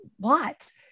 lots